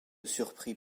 surprit